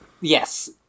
Yes